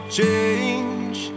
change